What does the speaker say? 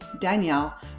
Danielle